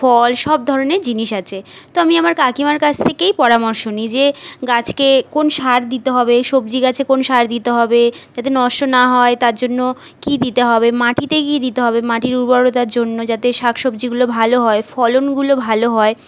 ফল সব ধরনের জিনিস আছে তো আমি আমার কাকিমার কাছ থেকেই পরামর্শ নিই যে গাছকে কোন সার দিতে হবে সবজি গাছে কোন সার দিতে হবে যাতে নষ্ট না হয় তার জন্য কী দিতে হবে মাটিতে কী দিতে হবে মাটির উর্বরতার জন্য যাতে শাকসবজিগুলো ভালো হয় ফলনগুলো ভালো হয়